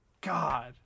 God